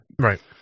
Right